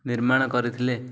ନିର୍ମାଣ କରିଥିଲେ